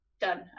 done